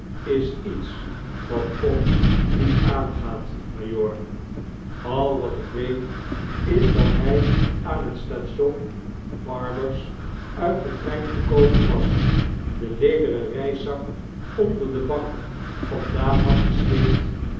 is iets wat ons niet aangaat majoor al wat ik weet is dat hg aan het station barbers nit den trein gekomen was den lederen reiszak onder de bank vandaan had gesleept